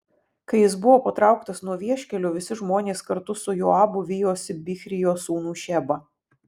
kai jis buvo patrauktas nuo vieškelio visi žmonės kartu su joabu vijosi bichrio sūnų šebą